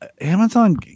Amazon